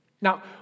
Now